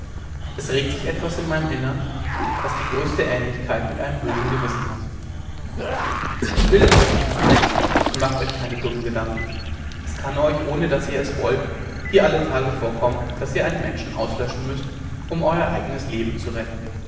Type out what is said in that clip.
es regt sich etwas in meinem innern was die größte aehnlichkeit mit einem bösen gewissen hat bildet euch nichts ein und macht euch keine dummen gedanken es kann euch ohne daß ihr es wollt hier alle tage vorkommen daß ihr einen menschen auslöschen müßt um euer eigenes leben zu retten